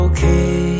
Okay